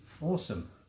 awesome